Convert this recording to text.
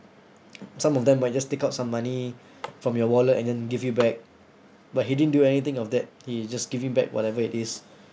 some of them might just take out some money from your wallet and then give you back but he didn't do anything of that he just give me back whatever it is